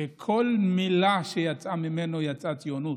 שבכל מילה שיצאה ממנו הייתה ציונות.